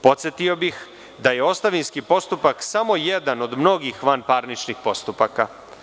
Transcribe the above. Podsetio bih da je ostavinski postupak samo jedan od mnogih vanparničnih postupaka.